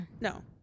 No